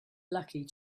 lucky